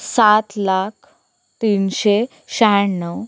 सात लाख तीनशे शहाण्णव